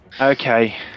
Okay